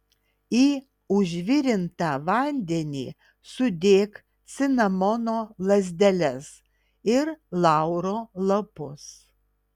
į užvirintą vandenį sudėk cinamono lazdeles ir lauro lapus